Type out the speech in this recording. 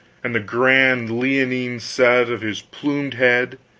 and the grand leonine set of his plumed head,